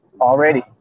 already